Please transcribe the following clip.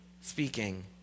speaking